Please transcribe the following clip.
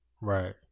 Right